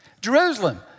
Jerusalem